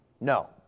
No